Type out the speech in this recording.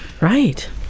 Right